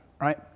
Right